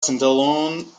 standalone